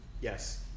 Yes